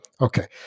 okay